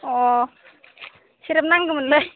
अ सेरेब नांगौमोनलै